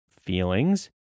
feelings